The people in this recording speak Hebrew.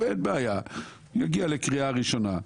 אין בעיה, יגיע לקריאה ראשונה,